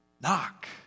knock